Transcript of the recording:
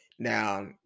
Now